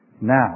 Now